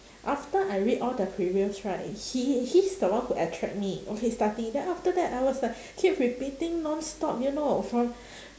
after I read all the previews right he he's the one who attract me okay starting then after that I was like keep repeating nonstop you know from